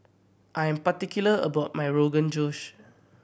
I am particular about my Rogan Josh